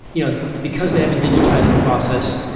yeah because they haven't digitized their process,